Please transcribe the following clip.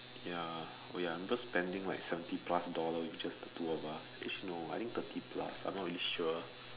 ya we are just spending like seventy plus dollars with the two of us no maybe thirty plus I am not very sure